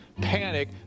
panic